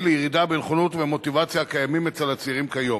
לירידה בנכונות ובמוטיבציה הקיימות אצל הצעירים כיום.